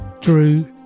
drew